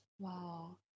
Wow